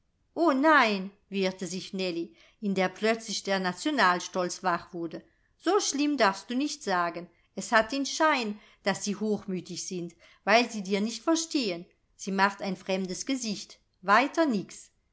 o nein wehrte sich nellie in der plötzlich der nationalstolz wach wurde so schlimm darfst du nicht sagen es hat den schein daß sie hochmütig sind weil sie dir nicht verstehen sie macht ein fremdes gesicht weiter nix